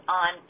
on